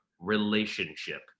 relationship